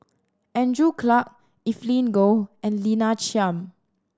Andrew Clarke Evelyn Goh and Lina Chiam